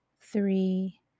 three